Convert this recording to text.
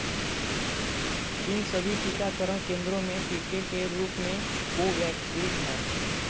किन सभी टीकाकरण केंद्रों में टीके के रूप में कोवैक्सीन है